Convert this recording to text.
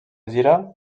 gira